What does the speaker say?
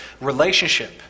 relationship